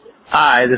Hi